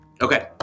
Okay